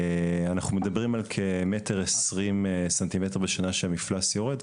אנחנו מדברים על כ- 1.2 מטר בשנה שהמפלס יורד,